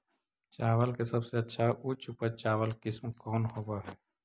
चावल के सबसे अच्छा उच्च उपज चावल किस्म कौन होव हई?